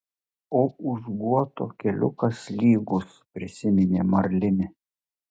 o už guoto keliukas lygus prisiminė marlinė